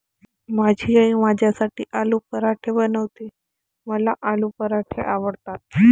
माझी आई माझ्यासाठी आलू पराठे बनवते, मला आलू पराठे आवडतात